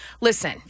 Listen